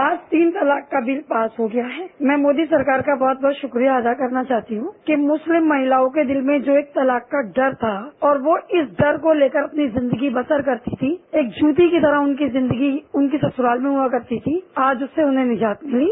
आज तीन तलाक का विल पास हो गया है मैं मोदी सरकार का बहुत बहुत शुक्रिया अदा करना चाहती हूं कि मुस्लिम महिलाओं के दिल में जो एक तलाक का डर था और वो इस डर को लेकर अपनी जिंदगी बसर करती थी एक जूते की तरह उनकी जिंदगी उनके ससुराल में हुआ करती थी आज उन्हें उससे निजात मिली